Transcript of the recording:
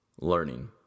Learning